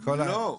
לא.